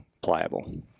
pliable